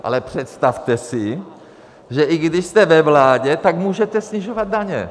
Ale představte si, že i když jste ve vládě, tak můžete snižovat daně.